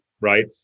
Right